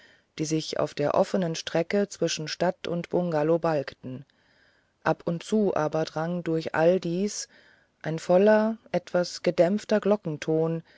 die sich auf der offenen strecke zwischen stadt und bungalow balgten ab und zu aber drang durch all dies ein voller etwas gedämpfter glockenton